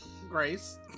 Grace